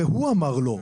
והוא אמר 'לא',